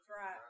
right